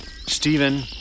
Stephen